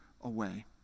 away